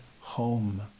home